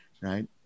Right